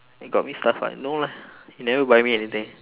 you got me stuff ah no lah you never buy me anything